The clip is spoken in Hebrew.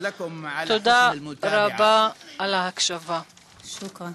תודה רבה על ההקשבה.) שוכראן.